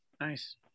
Nice